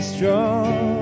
Strong